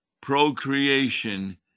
procreation